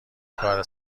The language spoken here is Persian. کار